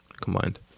combined